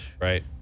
Right